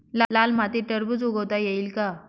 लाल मातीत टरबूज उगवता येईल का?